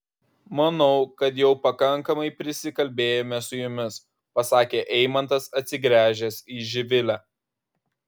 manau kad jau pakankamai prisikalbėjome su jumis pasakė eimantas atsigręžęs į živilę